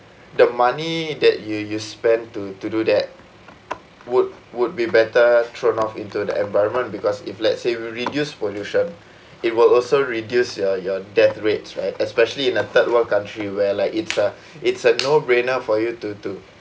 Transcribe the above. the money that you you spend to to do that would would be better thrown off into the environment because if let's say you reduce pollution it will also reduce your your death rates right especially in a third world country where like it's a it's a no brainer for you to to